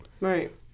Right